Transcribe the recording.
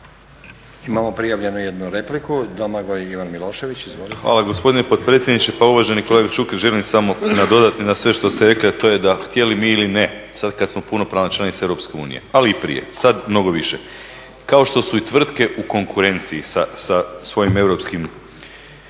Imamo prijavljenu jednu repliku, Domagoj Ivan Milošević, izvolite. **Milošević, Domagoj Ivan (HDZ)** Hvala gospodine potpredsjedniče. Pa uvaženi kolega Šuker, želim samo … na sve što ste rekli, a to je da htjeli mi ili ne, sad kad smo punopravna članica EU, ali i prije, sad mnogo više, kao što su i tvrtke u konkurenciji sa svojim europskim